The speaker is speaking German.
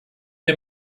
wir